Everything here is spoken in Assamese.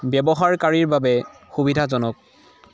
ব্যৱহাৰকাৰীৰ বাবে সুবিধাজনক